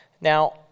Now